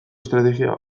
estrategia